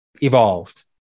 evolved